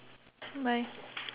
bye bye